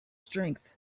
strength